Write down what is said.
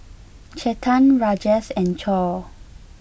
Chetan Rajesh and Choor